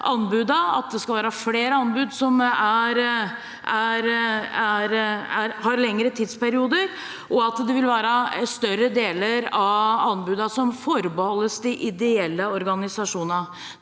at det skal være flere anbud som gjelder lengre tidsperioder, og at større deler av anbudene skal forbeholdes de ideelle organisasjonene.